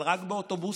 אבל רק באוטובוסים.